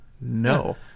no